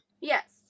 Yes